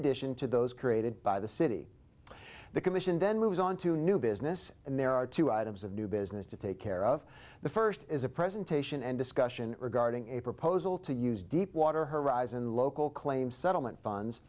addition to those created by the city the commission then moves on to new business and there are two items of new business to take care of the first is a presentation and discussion regarding a proposal to use deep water horizon local claims settlement funds